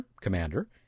Commander